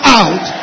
out